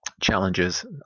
challenges